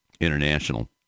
international